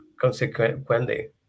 consequently